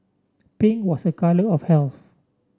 pink was a colour of health